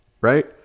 right